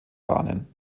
bahnen